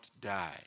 die